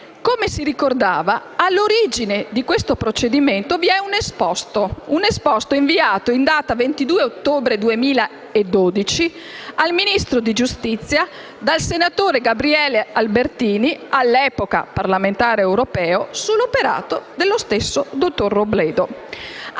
Come si ricordava, all'origine di questo procedimento vi è un esposto inviato in data 22 ottobre 2012 al Ministro della giustizia dal senatore Gabriele Albertini, all'epoca parlamentare europeo, sull'operato del dottor Robledo.